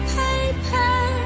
paper